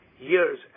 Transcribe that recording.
years